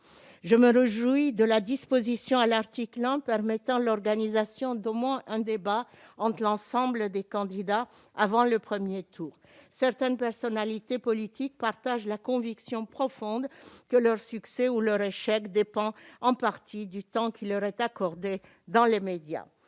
de l'article 1 de la proposition de loi organique permettant l'organisation d'au moins un débat entre l'ensemble des candidats avant le premier tour. Certaines personnalités politiques partagent la conviction profonde que leur succès ou leur échec dépend en partie du temps qui leur est accordé dans les médias.